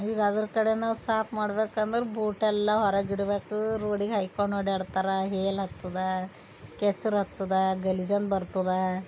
ಈಗ ಅದರ ಕಡೆ ನಾವು ಸಾಫ್ ಮಾಡಬೇಕಂದ್ರೆ ಬೂಟೆಲ್ಲ ಹೊರಗೆ ಇಡಬೇಕು ರೋಡಿಗೆ ಹಾಯ್ಕೊಂಡು ಓಡ್ಯಾಡ್ತಾರೆ ಹೇಲು ಹತ್ತದ ಕೆಸರು ಹತ್ತದ ಗಲೀಜಂದ್ ಬರ್ತದೆ